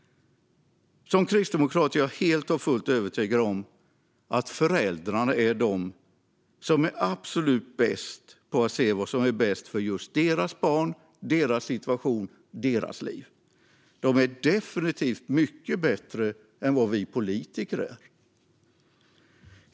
Som kristdemokrat är jag helt och fullt övertygad om att föräldrarna är de som är absolut bäst på att se vad som är bäst för just deras barn, deras situation och deras liv. De är definitivt mycket bättre än vad vi politiker är.